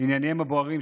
לענייניהם הבוערים,